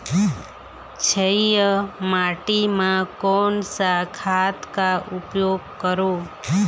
क्षारीय माटी मा कोन सा खाद का उपयोग करों?